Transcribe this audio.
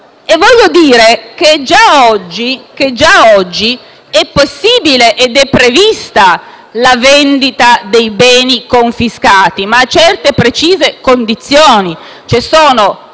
aveva corretto. Già oggi è possibile ed è prevista la vendita dei beni confiscati, ma a certe precise condizioni: